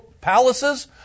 palaces